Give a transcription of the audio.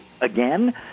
again